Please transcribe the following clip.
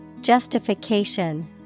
Justification